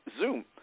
Zoom